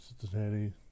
Cincinnati